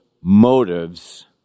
motives